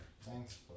thanks